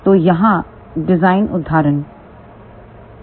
तो यहाँ डिज़ाइन उदाहरण 1 है